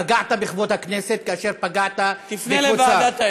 פגעת בכבוד הכנסת כאשר פגעת בקבוצה.